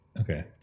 okay